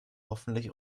hoffentlich